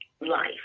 life